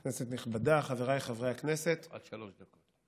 כנסת נכבדה, חבריי חברי הכנסת, עד שלוש דקות.